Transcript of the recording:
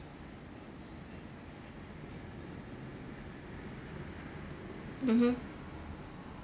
mmhmm